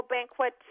Banquet